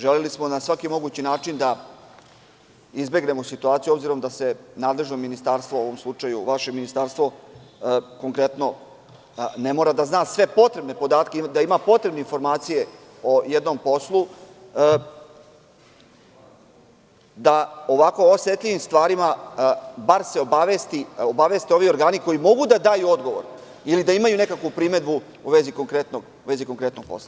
Želeli smo na svaki mogući način da izbegnemo situaciju, obzirom da se nadležno ministarstvo, u ovom slučaju vaše ministarstvo konkretno ne mora da zna sve potrebne podatke ili da ima potrebne informacije o jednom poslu, da se o ovako osetljivim stvarima bar obaveste ovi organi koji mogu da daju odgovor ili da imaju nekakvu primedbu u vezi konkretnog posla.